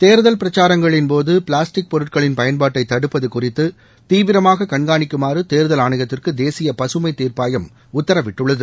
தேர்தல் பிரச்சாரங்களின்போது பிளாஸ்டிக் பொருட்களின் பயன்பாட்டை தடுப்பது குறித்து தீவிரமாக கண்காணிக்குமாறு தேர்தல் ஆணையத்திற்கு தேசிய பசுமை தீர்ப்பாயம் உத்தரவிட்டுள்ளது